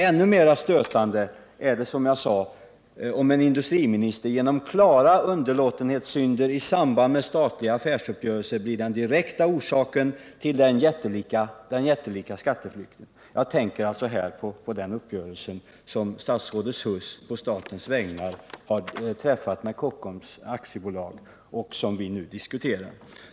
Ännu mera stötande är det, som jag sade, om en industriminister genom 2 klara underlåtenhetssynder i samband med statliga affärsuppgörelser blir den direkta orsaken till den jättelika skatteflykten. Jag tänker alltså på den uppgörelse som statsrådet Huss på statens vägnar har träffat med Kockums AB.